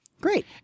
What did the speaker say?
Great